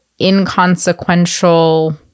inconsequential